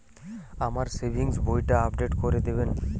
আমার সেভিংস বইটা আপডেট করে দেবেন?